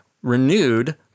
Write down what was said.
renewed